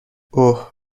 اوه